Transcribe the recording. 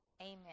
Amen